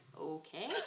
Okay